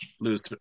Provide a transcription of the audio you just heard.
lose